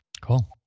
Cool